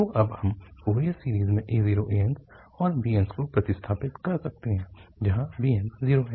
तो अब हम फोरियर सीरीज़ में a0 ans और bns को प्रतिस्थापित कर सकते हैं जहाँ bns 0 है